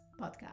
podcast